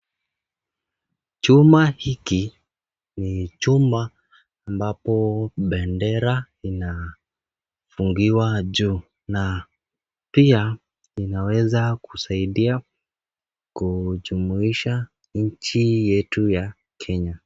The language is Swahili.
Chuma hiki ni chuma ambapo bendera ina fungiwa juu na pia inaweza kusaidia kujumuisha nchi yetu ya Kenya .